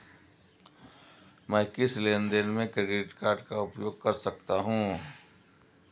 मैं किस लेनदेन में क्रेडिट कार्ड का उपयोग कर सकता हूं?